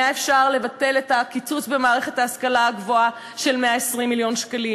אפשר לבטל את הקיצוץ של 120 מיליון שקלים